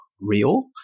real